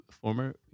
former